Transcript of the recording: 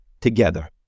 together